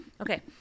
Okay